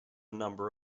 number